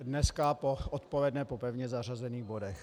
Dneska odpoledne po pevně zařazených bodech.